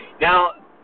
Now